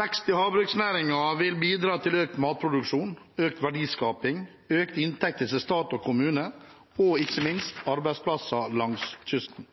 Vekst i havbruksnæringen vil bidra til økt matproduksjon, økt verdiskaping, økte inntekter til stat og kommune og ikke minst arbeidsplasser langs kysten.